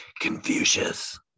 Confucius